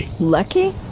Lucky